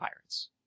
pirates